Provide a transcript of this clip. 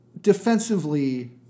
defensively